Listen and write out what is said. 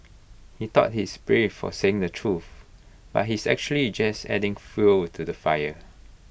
he thought he's brave for saying the truth but he's actually just adding fuel to the fire